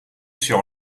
sur